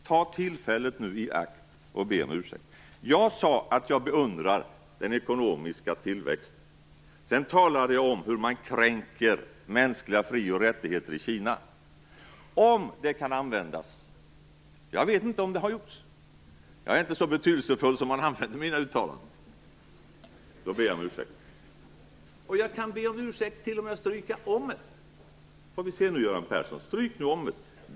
Ta tillfället i akt och be om ursäkt: Jag sade att jag beundrar den ekonomiska tillväxten. Sedan talade jag om hur man kränker mänskliga fri och rättigheter i Kina. Om det kan användas - jag vet inte om det har gjorts, jag är inte så betydelsefull att man använder mina uttalanden - då ber jag om ursäkt. Och jag kan be om ursäkt och t.o.m. stryka om:et. Får vi se nu, Göran Persson - stryk om:et!